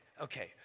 okay